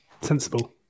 sensible